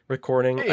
Recording